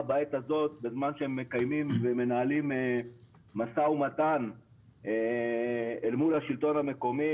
בעת הזאת בזמן שהם מקיימים ומנהלים משא ומתן אל מול השילטון המקומי,